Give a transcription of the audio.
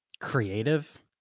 creative